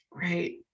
Right